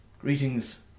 greetings